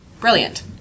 brilliant